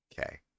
Okay